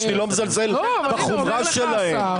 שאני לא מזלזל בחומרה שלהם,